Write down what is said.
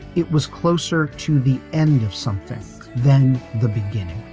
it was closer to the end of something than the beginning